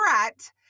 threat